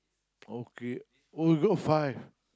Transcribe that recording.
okay oh you got five